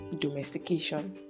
domestication